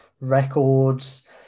records